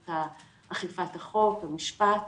מערכת אכיפת החוק והמשפט.